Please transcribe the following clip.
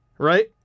Right